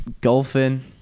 Golfing